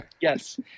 Yes